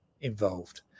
involved